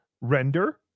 render